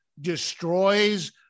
destroys